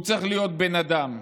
הוא צריך להיות בן אדם,